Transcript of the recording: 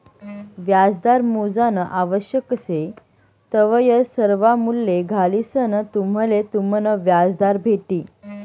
व्याजदर मोजानं आवश्यक शे तवय सर्वा मूल्ये घालिसंन तुम्हले तुमनं व्याजदर भेटी